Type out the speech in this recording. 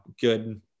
good